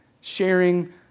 sharing